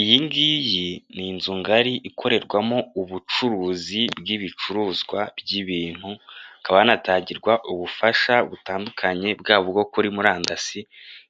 Iyi ngiyi ni inzu ngari ikorerwamo ubucuruzi bw'ibicuruzwa by'ibintu, hakaba hanatangirwa ubufasha butandukanye, bwaba ubwo muri murandasi